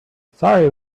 sorry